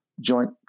joint